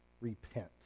Repent